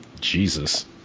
Jesus